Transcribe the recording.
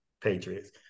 Patriots